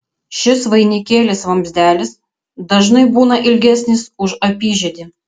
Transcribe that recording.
šis vainikėlis vamzdelis dažnai būna ilgesnis už apyžiedį